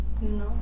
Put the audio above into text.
No